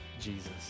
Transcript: Jesus